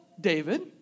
David